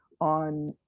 on